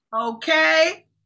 Okay